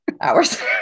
hours